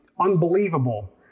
unbelievable